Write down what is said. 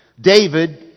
David